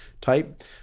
type